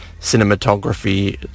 cinematography